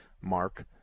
Mark